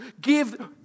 give